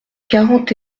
quarante